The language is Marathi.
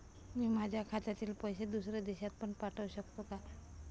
मी माझ्या खात्यातील पैसे दुसऱ्या देशात पण पाठवू शकतो का?